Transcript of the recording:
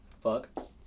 Fuck